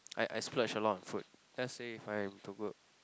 I I splurge a lot on food let's say if I am to work